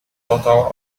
total